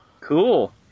Cool